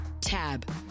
Tab